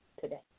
today